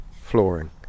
Flooring